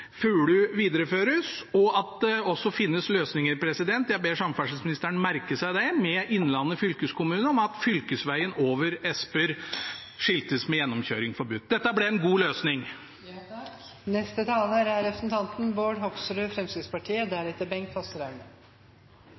videreføres, og at det også finnes løsninger – jeg ber samferdselsministeren merke seg det – med Innlandet fylkeskommune om at fylkesvegen over Edsberg skiltes med «Gjennomkjøring forbudt». Dette ble en god løsning.